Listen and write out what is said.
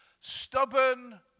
stubborn